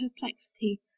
perplexity